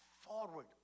forward